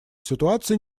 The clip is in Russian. ситуации